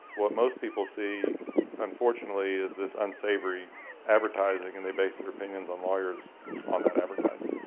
what most people see unfortunately is this unsavory advertising and they base their opinions on lawyers on that advertising.